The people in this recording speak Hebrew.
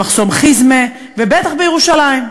במחסום חיזמה ובטח בירושלים.